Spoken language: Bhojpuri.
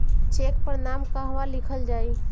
चेक पर नाम कहवा लिखल जाइ?